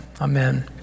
amen